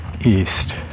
east